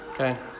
Okay